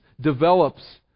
develops